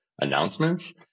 announcements